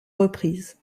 reprises